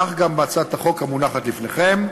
כך גם בהצעת החוק המונחת בפניכם.